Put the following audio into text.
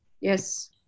Yes